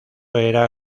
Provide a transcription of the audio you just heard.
era